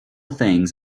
things